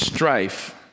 Strife